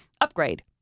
Upgrade